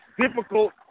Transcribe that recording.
difficult